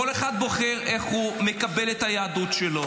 כל אחד בוחר איך הוא מקבל את היהדות שלו,